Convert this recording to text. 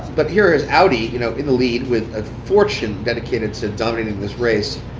but here is audi you know in the lead with a fortune dedicated to dominating this race,